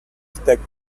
tech